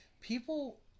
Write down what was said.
people